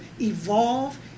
evolve